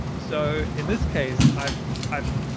so in this case, i've i've